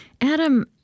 Adam